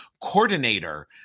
coordinator